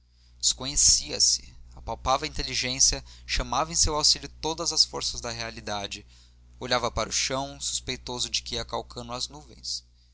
desconhecia se apalpava a inteligência chamava em seu auxílio todas as forças da realidade olhava para o chão suspeitoso de que ia calcando as nuvens